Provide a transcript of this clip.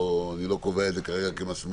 אני לא קובע את זה כרגע כמסמרות.